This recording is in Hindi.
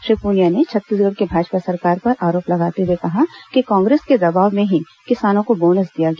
श्री पुनिया ने छत्तीसगढ की भाजपा सरकार पर आरोप लगाते हुए कहा कि कांग्रेस के दबाव में ही किसानों को बोनस दिया गया